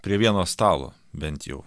prie vieno stalo bent jau